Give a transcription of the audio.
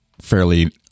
fairly